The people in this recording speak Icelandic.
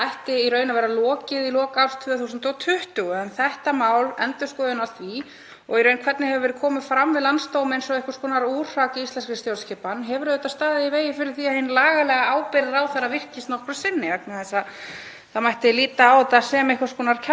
að henni ætti að vera lokið í lok árs 2020. En þetta mál, endurskoðun á því, og í raun hvernig hefur verið komið fram við landsdóm eins og einhvers konar úrhrak í íslenskri stjórnskipan, hefur auðvitað staðið í vegi fyrir því að hin lagalega ábyrgð ráðherra virkist nokkru sinni vegna þess að það mætti líta á þetta sem einhvers konar